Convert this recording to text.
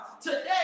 Today